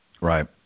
Right